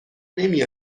نمی